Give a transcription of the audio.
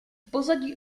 pozadí